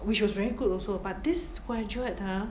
which was very good also but this graduate ha